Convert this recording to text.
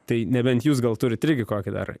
tai nebent jūs gal tur irgi kokį dar